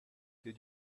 did